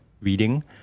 Reading